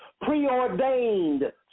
Preordained